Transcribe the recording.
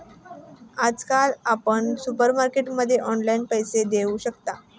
आजकाल आपण सुपरमार्केटमध्ये ऑनलाईन पैसे देऊ शकता